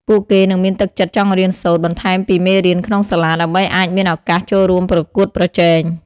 ពួកគេនឹងមានទឹកចិត្តចង់រៀនសូត្របន្ថែមពីមេរៀនក្នុងសាលា ដើម្បីអាចមានឱកាសចូលរួមប្រកួតប្រជែង។